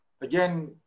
Again